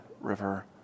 river